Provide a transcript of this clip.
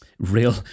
Real